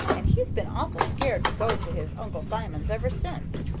and he's been awful scared to go to his uncle simon's ever since.